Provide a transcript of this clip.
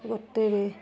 গোটেই